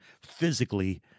physically